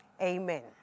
Amen